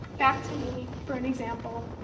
back to me, for an example.